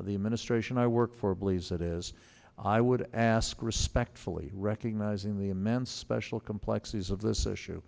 the administration i work for believes that is i would ask respectfully recognizing the immense special complexities of this issue